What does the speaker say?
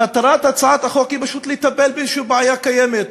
מטרת הצעת החוק היא פשוט לטפל באיזו בעיה קיימת.